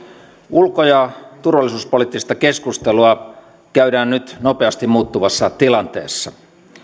ulko ja turvallisuuspoliittista keskustelua käydään nyt nopeasti muuttuvassa tilanteessa